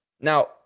Now